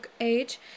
age